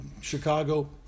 Chicago